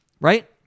right